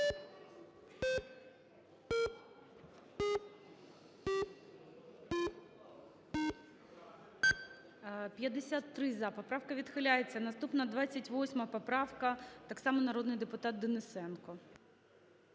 За-53 Поправка відхиляється. Наступна - 28 поправка, так само народний депутат Денисенко.